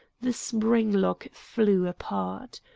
the spring lock flew apart.